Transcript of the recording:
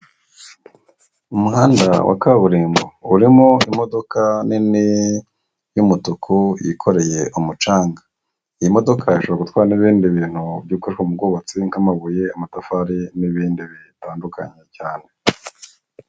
Umuhanda wa kaburimbo urimo imodoka nini y'umutuku, yikoreye umucanga. Iyi modoka ishobora gutwara n'ibindi bintu bikoreshwa mu bwubatsi nk'amabuye, amatafari n'ibindi bitandukanye cyane.